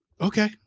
Okay